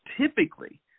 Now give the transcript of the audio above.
typically